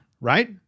right